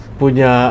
punya